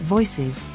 Voices